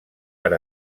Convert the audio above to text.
per